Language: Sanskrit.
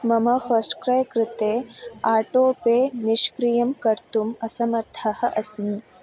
मम फ़स्ट् क्रै कृते आटो पे निष्क्रियं कर्तुम् असमर्था अस्मि